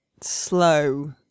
slow